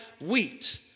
wheat